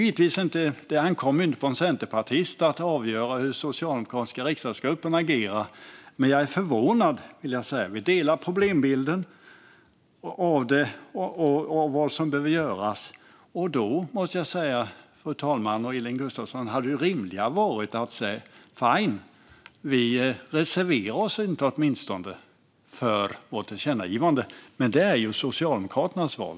Det ankommer inte på en centerpartist att avgöra hur den socialdemokratiska riksdagsgruppen ska agera. Men jag vill säga att jag är förvånad. Vi delar problembilden av vad som behöver göras. Då måste jag säga att det rimliga hade varit att man åtminstone inte reserverar sig för sitt tillkännagivande. Men det är Socialdemokraternas val.